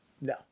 no